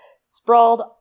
sprawled